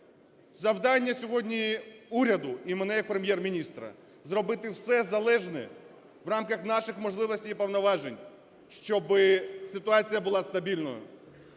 Завдання сьогодні уряду і мене як Прем'єр-міністра – зробити все залежне в рамках наших можливостей і повноважень, щоби ситуація була стабільною.